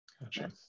Gotcha